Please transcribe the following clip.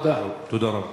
תודה רבה.